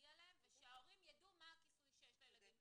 שמגיע להם ושההורים ידעו מה הכיסוי שיש לילדים.